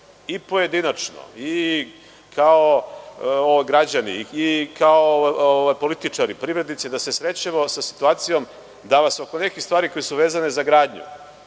i pojedinačno i kao građani, i kao političari, privrednici da se srećemo sa situacijom da vas oko nekih stvari koje su vezane za gradnju,